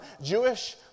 Jewish